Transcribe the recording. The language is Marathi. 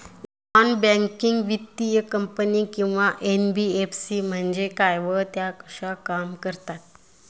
नॉन बँकिंग वित्तीय कंपनी किंवा एन.बी.एफ.सी म्हणजे काय व त्या कशा काम करतात?